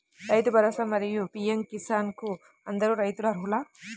రైతు భరోసా, మరియు పీ.ఎం కిసాన్ కు అందరు రైతులు అర్హులా?